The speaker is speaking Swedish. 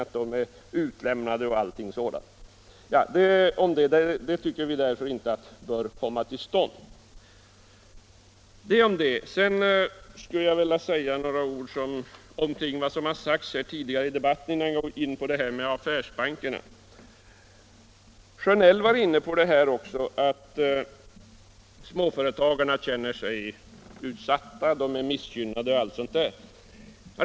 Jag tror inte att företagarna är utlämnade. Vi tycker därför inte att en sådan konferens bör komma till stånd. Innan jag går in på frågan om affärsbankerna skulle jag vilja ta upp en del av vad som har sagts tidigare här i debatten. Herr Sjönell var inne på att småföretagarna känner sig utsatta, att de är missgynnade m.m. sådant.